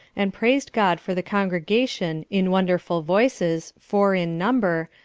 and praised god for the congregation in wonderful voices, four in number,